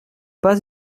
pas